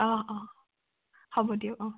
অ' অহ হ'ব দিয়ক অ'